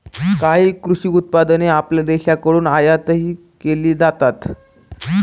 काही कृषी उत्पादने आपल्या देशाकडून आयातही केली जातात